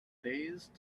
phase